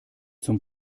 zum